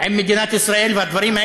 עם מדינת ישראל,